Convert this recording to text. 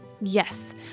yes